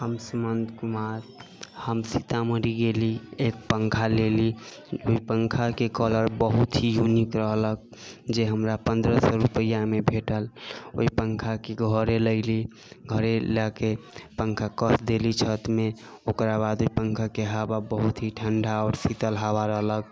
हम सुमंत कुमार हम सीतामढ़ी गेली एक पङ्खा लेली ओहि पङ्खाके कलर बहुत ही यूनीक रहलक जे हमरा पन्द्रह सए रूपैआमे भेटल ओहि पङ्खाके घरे लयली घरे लाबिकऽ पङ्खा कस देली छतमे ओकरा बाद एहि पङ्खाके हवा बहुत ही ठण्डा आओर शीतल हवा रहलक